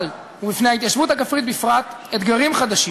ובפני ההתיישבות הכפרית בפרט אתגרים חדשים.